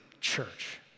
church